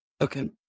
Okay